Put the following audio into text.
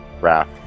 wrath